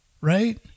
Right